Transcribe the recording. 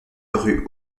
rue